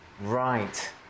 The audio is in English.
right